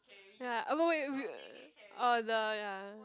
ya ah wait wait we oh the ya